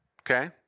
Okay